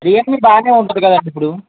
Realme బాగానే ఉంటుంది కదా అండి ఇప్పుడు